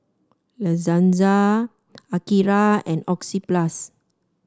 La Senza Akira and Oxyplus